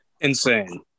Insane